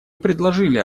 предложили